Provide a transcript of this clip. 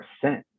percent